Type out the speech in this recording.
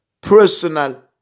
personal